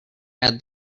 add